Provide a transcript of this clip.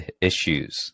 issues